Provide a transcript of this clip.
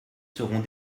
seront